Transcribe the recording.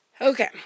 Okay